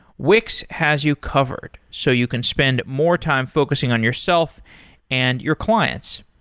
wix has you covered, so you can spend more time focusing on yourself and your clients.